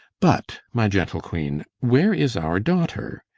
but, my gentle queen, where is our daughter?